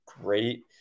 great